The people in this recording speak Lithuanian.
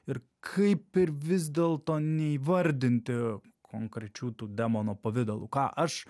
ir kaip ir vis dėlto neįvardinti konkrečių tų demono pavidalų ką aš